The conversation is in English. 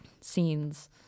scenes